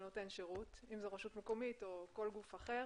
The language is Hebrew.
שנותן שירות אם זו רשות מקומית או כל גוף אחר